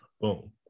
Boom